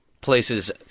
places